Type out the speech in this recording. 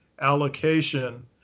allocation